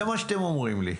זה מה שאתם אומרים לי.